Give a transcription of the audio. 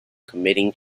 committing